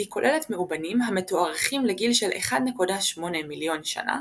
והיא כוללת מאובנים המתוארכים לגיל של 1.8 מיליון שנה